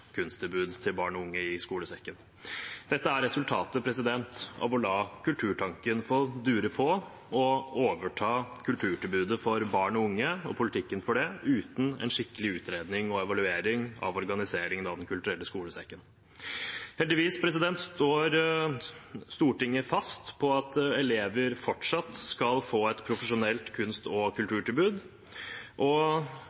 kunsttilbud til barn og unge i skolesekken. Dette er resultatet av å la Kulturtanken få dure på og overta kulturtilbudet for barn og unge – og politikken for det – uten en skikkelig utredning og evaluering av organiseringen av Den kulturelle skolesekken. Heldigvis står Stortinget fast på at elever fortsatt skal få et profesjonelt kunst- og